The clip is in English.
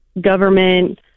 government